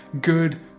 good